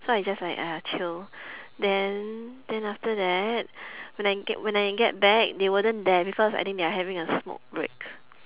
so I just like !aiya! chill then then after that when I get when I get back they weren't there I think they are having a smoke break